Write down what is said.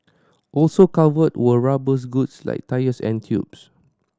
also covered were rubbers goods like tyres and tubes